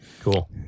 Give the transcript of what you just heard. Cool